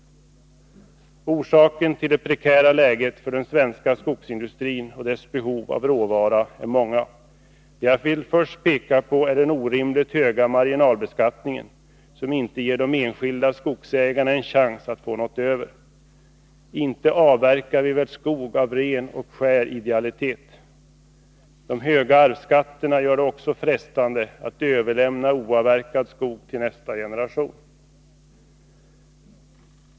Orsakerna till det prekära läget för den svenska skogsindustrin och dess behov av råvara är många. Vad jag först vill peka på är den orimligt höga marginalbeskattningen, som inte ger de enskilda skogsägarna en chans att få något över. Inte avverkar vi väl skog av ren och skär idealitet? De höga arvsskatterna gör det också frestande att överlämna oavverkad skog till nästa generation.